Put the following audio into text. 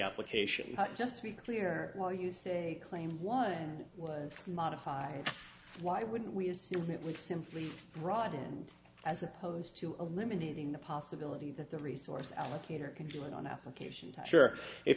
application just to be clear where you say claim one was modified why wouldn't we assume it was simply brought in as opposed to eliminating the possibility that the resource allocator can do it on the application to share if